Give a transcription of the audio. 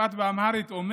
המשפט באמהרית אומר